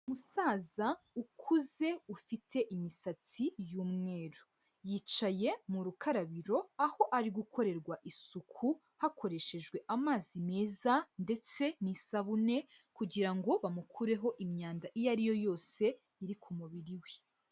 Umusaza ukuze ufite imisatsi y'umweru, yicaye mu rukarabiro aho ari gukorerwa isuku hakoreshejwe amazi meza ndetse n'isabune kugira ngo bamukureho imyanda iyo ariyo yose iri ku mubiri we.